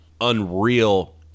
unreal